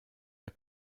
der